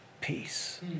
peace